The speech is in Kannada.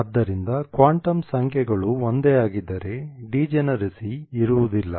ಆದ್ದರಿಂದ ಕ್ವಾಂಟಮ್ ಸಂಖ್ಯೆಗಳು ಒಂದೇ ಆಗಿದ್ದರೆ ಡಿಜೆನರಸಿ ಇರುವುದಿಲ್ಲ